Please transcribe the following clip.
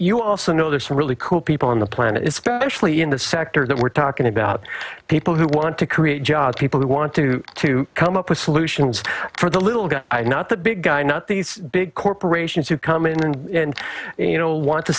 you also know there are some really cool people on the planet is actually in that sector that we're talking about people who want to create jobs people who want to to come up with solutions for the little guy not the big guy not these big corporations who come in and you know want to